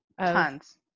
Tons